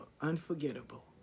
unforgettable